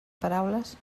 paraules